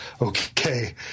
okay